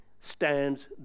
stands